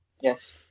Yes